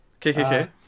KKK